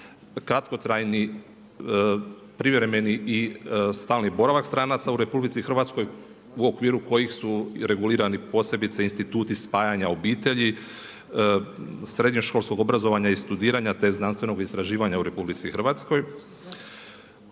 kratkotrajni privremeni i stalni boravak stranaca u RH u okviru kojih su regulirani posebice instituti spajanja obitelji, srednjoškolskog obrazovanja i studiranja te znanstvenog istraživanja u RH, zatim zakon